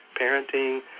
parenting